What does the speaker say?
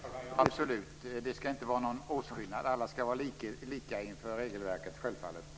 Herr talman! Ja, absolut. Det ska inte vara någon åtskillnad. Alla ska självfallet vara lika inför regelverket, Göran Magnusson.